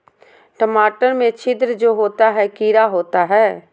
टमाटर में छिद्र जो होता है किडा होता है?